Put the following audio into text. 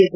S